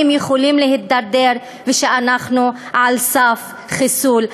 יכולים להידרדר ושאנחנו על סף חיסול.